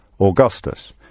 Augustus